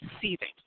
seething